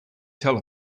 tell